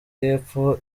y’epfo